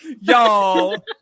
Y'all